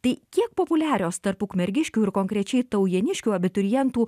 tai kiek populiarios tarp ukmergiškių ir konkrečiai taujėniškių abiturientų